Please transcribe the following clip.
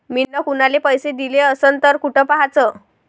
मिन कुनाले पैसे दिले असन तर कुठ पाहाचं?